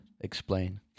Explain